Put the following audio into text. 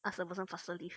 ask the person faster leave